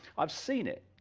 i've seen it